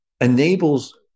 enables